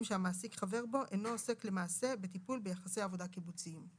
שהמעסיק חבר בו אינו עוסק למעשה בטיפול ביחסי עבודה קיבוציים".